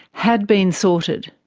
had been sorted.